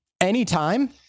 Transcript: anytime